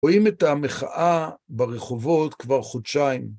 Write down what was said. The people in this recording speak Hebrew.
רואים את המחאה ברחובות כבר חודשיים.